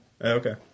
Okay